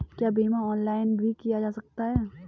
क्या बीमा ऑनलाइन भी किया जा सकता है?